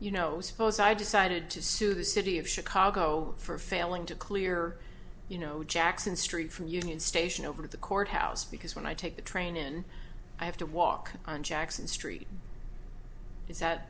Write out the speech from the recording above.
you know suppose i decided to sue the city of chicago for failing to clear you know jackson street from union station over to the courthouse because when i take the train in i have to walk on jackson street is that